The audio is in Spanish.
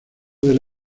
del